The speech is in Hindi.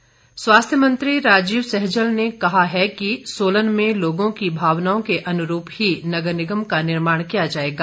सैजल स्वास्थ्य मंत्री राजीव सैजल ने कहा है कि सोलन में लोगों की भावनाओं के अनुरूप ही नगर निगम का निर्माण किया जाएगा